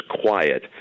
quiet